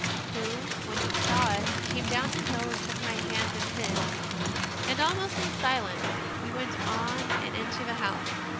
who, when he saw us, came down the hill and took my hands in his and, almost in silence, we went on and into the house.